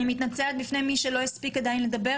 אני מתנצלת בפני מי שלא הספיק עדיין לדבר.